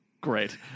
Great